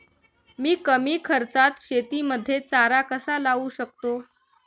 मी कमी खर्चात शेतीमध्ये चारा कसा लावू शकतो?